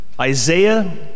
Isaiah